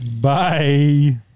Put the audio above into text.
Bye